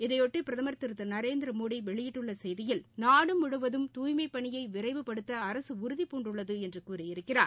இதைபொட்டிபிரதமர் திருநரேந்திரமோடிவெளியிட்டுள்ளசெய்தியில் நாடுமுழுவதும் தூய்மைப் பணியைவிரைவுபடுத்தஅரசுடறுதிபூண்டுள்ளதுஎன்றுகூறியிருக்கிறார்